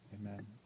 amen